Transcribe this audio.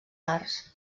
arts